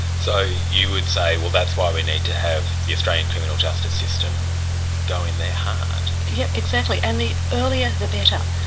you would say, well that's why we need to have the australian criminal justice system go in there hard. yes, exactly. and the earlier the better.